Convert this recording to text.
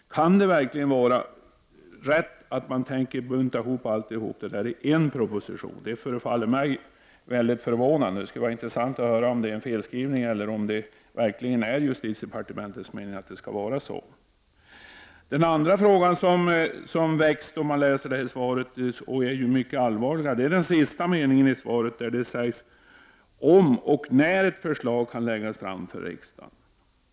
Kan det verkligen vara rätt, att man tänker bunta ihop alla dessa frågor i en proposition? Det förefaller mig förvånande. Det skulle vara intressant att höra om det är en felskrivning, eller om det verkligen är justitiedepartementets mening att det skall vara så. Den andra fråga som väckts då man läser svaret är mycket allvarligare. Det gäller den sista meningen i svaret. Justitieministern säger ”om och när ett förslag kan läggas fram för riksdagen”.